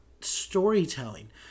storytelling